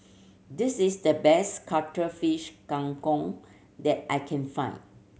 this is the best Cuttlefish Kang Kong that I can find